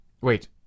Wait